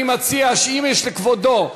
אני מציע שאם יש לכבודו,